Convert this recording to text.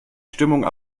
stimmung